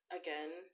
again